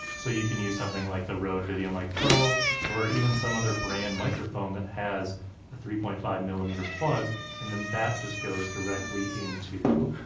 so you can use something like the rode videomic pro or even some other brand microphone that has a three point five millimeter plug and then that just goes directly into